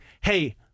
hey